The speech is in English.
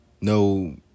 no